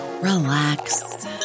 relax